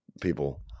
people